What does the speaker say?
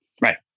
Right